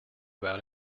about